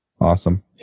awesome